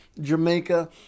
Jamaica